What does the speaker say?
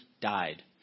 died